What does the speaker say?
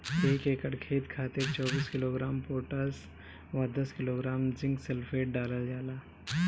एक एकड़ खेत खातिर चौबीस किलोग्राम पोटाश व दस किलोग्राम जिंक सल्फेट डालल जाला?